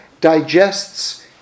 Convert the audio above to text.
digests